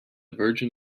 virgin